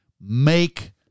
make